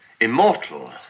immortal